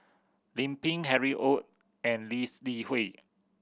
Lim Pin Harry Ord and Lee's Li Hui